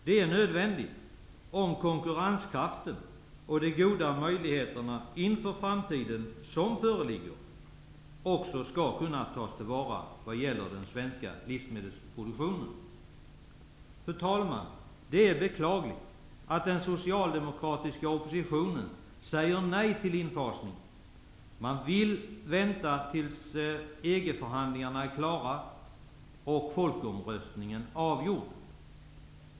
Det är nödvändigt om konkurrenskraften och de goda möjligheterna inför framtiden som föreligger också skall kunna tas till vara i vad gäller den svenska livsmedelsproduktionen. Fru talman! Det är beklagligt att den socialdemokratiska oppositionen säger nej till infasning. Man vill vänta tills EG-förhandlingarna är klara och folkomröstningen avgjord.